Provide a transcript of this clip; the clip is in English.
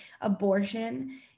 abortion